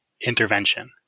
intervention